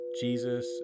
Jesus